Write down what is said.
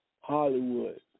Hollywood